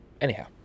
anyhow